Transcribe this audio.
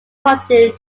portrayed